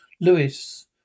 Lewis